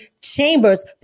Chambers